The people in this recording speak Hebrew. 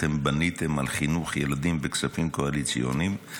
אתם בניתם על חינוך ילדים מכספים קואליציוניים.